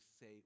say